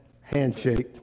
handshake